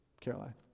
Caroline